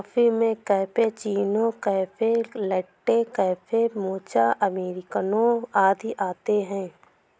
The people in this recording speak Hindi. कॉफ़ी में cappuccino, café latte, café mocha, अमेरिकनों आदि आते है